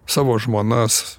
savo žmonas